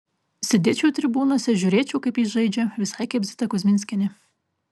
sėdėčiau tribūnose žiūrėčiau kaip jis žaidžia visai kaip zita kuzminskienė